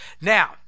Now